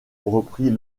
reprit